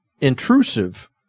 intrusive